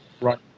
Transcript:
Right